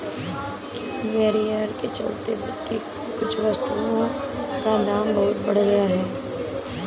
trade barrier के चलते कुछ वस्तुओं का दाम बहुत बढ़ गया है